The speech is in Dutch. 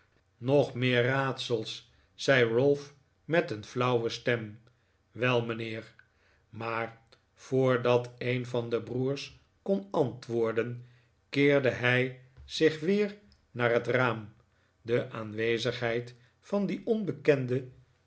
nog meer raadsels zei ralph met een flauwe stem wel mijnheer maar voordat een van de broers kon antwoorden keerde hij zich weer naar het raam de aanwezigheid van dien onbekende